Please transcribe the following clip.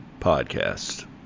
Podcast